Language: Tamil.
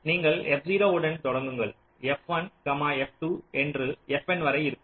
நீங்கள் f0 உடன் தொடங்குங்கள் f1 f2 என்று fn வரை இருக்கும்